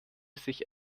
sich